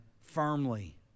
firmly